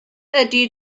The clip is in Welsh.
ydy